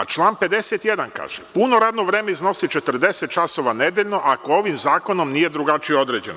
Član 51. kaže – puno radno vreme iznosi 40 časova nedeljno, ako ovim zakonom nije drugačije određeno.